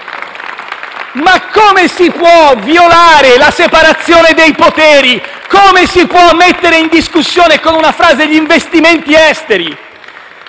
Come si può violare la separazione dei poteri? Come si può mettere in discussione, con una frase, gli investimenti esteri?